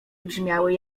brzmiały